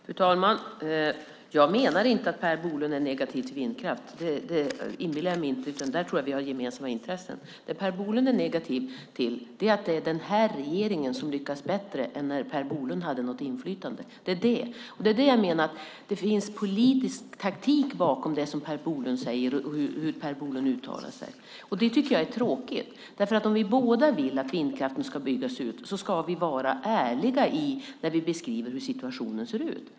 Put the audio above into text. Fru talman! Jag menar inte att Per Bolund är negativ till vindkraft. Det tror jag inte, utan där tror jag att vi har ett gemensamt intresse. Det Per Bolund är negativ till är att den nuvarande regeringen lyckas bättre än som skedde då han hade ett inflytande. Det finns, menar jag, politisk taktik bakom det Per Bolund säger och hur han uttalar sig. Det är tråkigt. Om vi båda vill att vindkraften ska byggas ut ska vi vara ärliga i vår beskrivning av hur situationen ser ut.